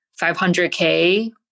500K